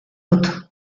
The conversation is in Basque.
dut